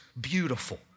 beautiful